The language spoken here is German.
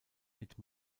mit